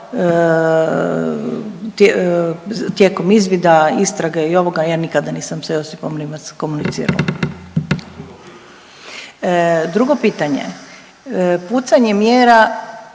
tijekom izvida, istrage i ovoga ja nikada nisam sa Josipom Rimac komunicirala. Drugo pitanje, pucanje mjera